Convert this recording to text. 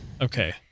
Okay